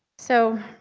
so